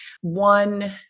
one